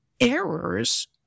errors